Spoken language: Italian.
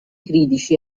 critici